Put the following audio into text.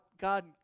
God